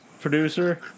producer